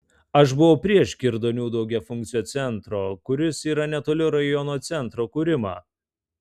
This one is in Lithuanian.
aš buvau prieš kirdonių daugiafunkcio centro kuris yra netoli rajono centro kūrimą